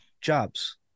jobs